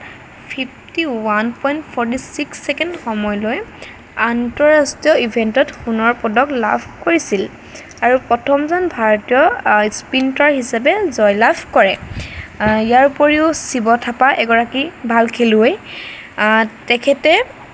fifty one point forty six second সময়লৈ আন্তঃৰাষ্ট্ৰীয় ইভেণ্টত সোণৰ পদক লাভ কৰিছিল আৰু প্ৰথমজন ভাৰতীয় স্প্ৰিণ্টাৰ হিচাপে জয়লাভ কৰে ইয়াৰ উপৰিও শিৱ থাপা এগৰাকী ভাল খেলুৱৈ তেখেতে